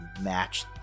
match